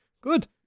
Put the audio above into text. good